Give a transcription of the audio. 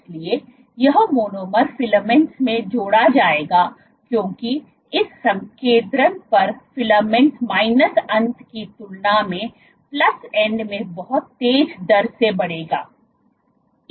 इसलिए यह monomer filament में जोड़ा जाएगा क्योंकि इस संकेंद्रण पर फिलामेंट माइनस अंत की तुलना में प्लस एंड में बहुत तेज दर से बढ़ेगा